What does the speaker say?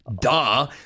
Duh